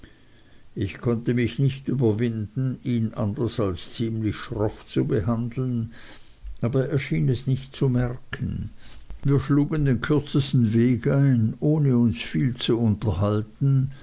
ich konnte mich nicht überwinden ihn anders als ziemlich schroff zu behandeln aber er schien es nicht zu merken wir schlugen den kürzesten weg ein ohne uns viel zu unterhalten